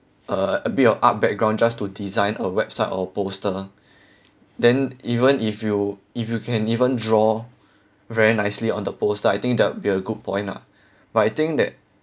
uh a bit of art background just to design a website or poster then even if you if you can even draw very nicely on the poster I think that would be a good point lah but I think that